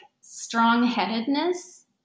strong-headedness